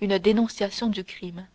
une dénonciation du crime